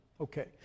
Okay